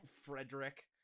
frederick